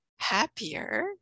Happier